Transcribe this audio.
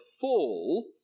fall